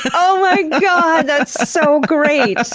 and oh my god, that's so great!